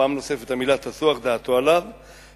פעם נוספת המלים "תזוח דעתו עליו" עליו,